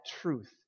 truth